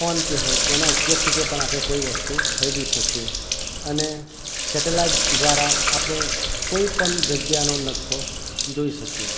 phone pay હોય એના ઉપયોગથી તે પણ આપણે કોઈ વસ્તુ ખરીદી શકીએ અને સેટેલાઈટ દ્વારા આપણે કોઈપણ જગ્યાનો નક્શો જોઈ શકીએ